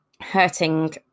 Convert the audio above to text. Hurting